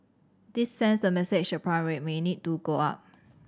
this sends the message the prime rate may need to go up